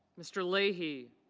mr. lee he.